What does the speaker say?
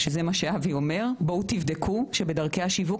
וזה מה שאבי אומר בואו ותבדקו שבדרכי השיווק,